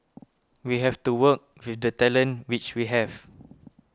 we have to work with the talent which we have